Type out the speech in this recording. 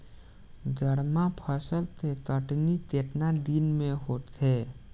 गर्मा फसल के कटनी केतना दिन में होखे?